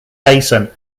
basin